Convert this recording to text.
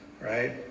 right